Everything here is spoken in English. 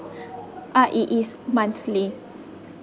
ah it is monthly